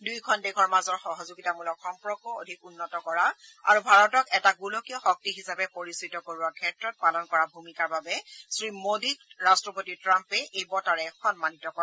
দুয়োখন দেশৰ মাজৰ সহযোগিতামূলক সম্পৰ্ক অধিক উন্নত কৰা আৰু ভাৰতক এটা গোলকীয় শক্তি হিচাপে পৰিচিত কৰোৱাৰ ক্ষেত্ৰত পালন কৰা ভূমিকাৰ বাবে শ্ৰীমোদীক ৰাষ্ট্ৰপতি ট্ৰাম্পে এই বঁটাৰে সন্মানিত কৰে